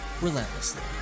relentlessly